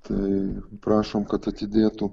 tai prašom kad atidėtų